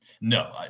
No